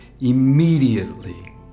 immediately